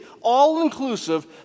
all-inclusive